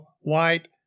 White